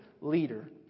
leader